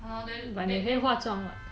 but 你没有化妆